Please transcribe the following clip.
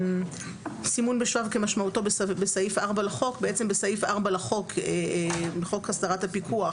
סימון בשבב כמשמעותו בסעיף 4 לחוק: בעצם בסעיף 4 לחוק הסדרת הפיקוח